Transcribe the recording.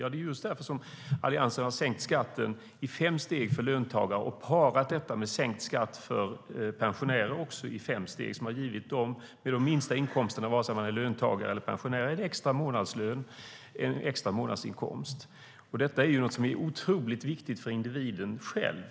Ja, det är just därför som Alliansen har sänkt skatten i fem steg för löntagare och parat detta med sänkt skatt för pensionärer i fem steg, som har givit dem med de minsta inkomsterna, vare sig de är löntagare eller pensionärer, en extra månadslön eller en extra månadsinkomst. Detta är något som är otroligt viktigt för individen själv.